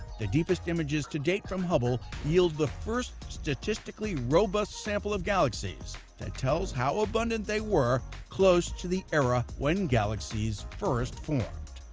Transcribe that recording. the deepest images to date from hubble yield the first statistically robust sample of galaxies that tells how abundant they were close to the era when galaxies first formed.